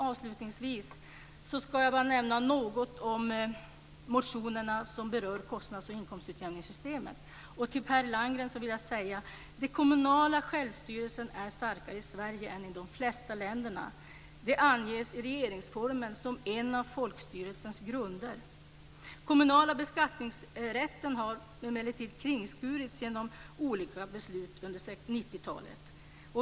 Avslutningsvis ska jag nämna något om de motioner som berör kostnads och inkomstutjämningssystemet. Till Per Landgren vill jag säga: Den kommunala sjävlstyrelsen är starkare i Sverige än i de flesta andra länder. Det anges i regeringsformen som en av folkstyrelsens grunder. Den kommunala beskattningsrätten har emellertid kringskurits genom olika beslut under 90-talet.